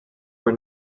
were